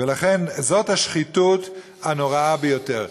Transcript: ולכן, זאת השחיתות הנוראה ביותר.